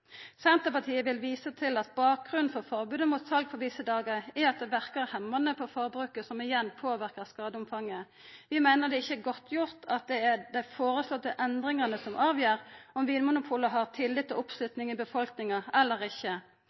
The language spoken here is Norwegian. Senterpartiet vil visa til at bakgrunnen for forbodet mot sal på visse dagar er at det verkar hemmande på forbruket, som igjen påverkar skadeomfanget. Vi meiner det ikkje er godtgjort at det er dei føreslåtte endringane som avgjer om Vinmonopolet har tillit og oppslutning i befolkninga eller ikkje.